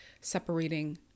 separating